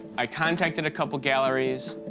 i contacted a couple galleries.